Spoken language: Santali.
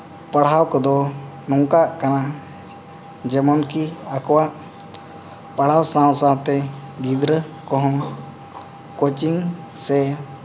ᱯᱟᱲᱦᱟᱣ ᱠᱚᱫᱚ ᱱᱚᱝᱠᱟᱜ ᱠᱟᱱᱟ ᱡᱮᱢᱚᱱ ᱠᱤ ᱟᱠᱚᱣᱟᱜ ᱯᱟᱲᱦᱟᱣ ᱥᱟᱶ ᱥᱟᱶᱛᱮ ᱜᱤᱫᱽᱨᱟᱹ ᱠᱚᱦᱚᱸ ᱠᱳᱪᱤᱝ ᱥᱮ